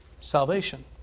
salvation